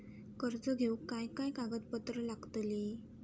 कर्ज घेऊक काय काय कागदपत्र लागतली?